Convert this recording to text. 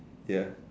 ya